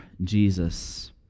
Jesus